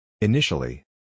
Initially